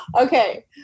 Okay